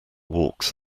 walks